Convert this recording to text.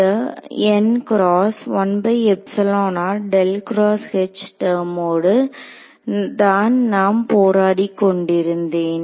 இந்த டெர்ம்மோடு தான் நான் போராடிக் கொண்டிருந்தேன்